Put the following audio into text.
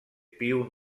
più